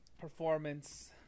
performance